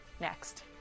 next